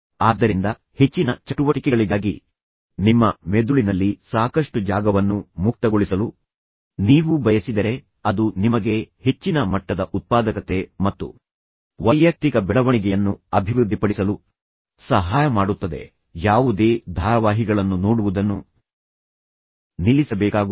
ಆದ್ದರಿಂದ ಹೆಚ್ಚಿನ ಚಟುವಟಿಕೆಗಳಿಗಾಗಿ ನಿಮ್ಮ ಮೆದುಳಿನಲ್ಲಿ ಸಾಕಷ್ಟು ಜಾಗವನ್ನು ಮುಕ್ತಗೊಳಿಸಲು ನೀವು ಬಯಸಿದರೆ ಅದು ನಿಮಗೆ ಹೆಚ್ಚಿನ ಮಟ್ಟದ ಉತ್ಪಾದಕತೆ ಮತ್ತು ವೈಯಕ್ತಿಕ ಬೆಳವಣಿಗೆಯನ್ನು ಅಭಿವೃದ್ಧಿಪಡಿಸಲು ಸಹಾಯ ಮಾಡುತ್ತದೆ ಯಾವುದೇ ಧಾರಾವಾಹಿಗಳನ್ನು ನೋಡುವುದನ್ನು ನಿಲ್ಲಿಸಬೇಕಾಗುತ್ತದೆ